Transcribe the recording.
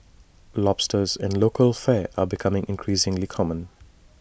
lobsters in local fare are becoming increasingly common